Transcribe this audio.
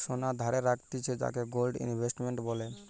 সোনা ধারে রাখতিছে যাকে গোল্ড ইনভেস্টমেন্ট বলে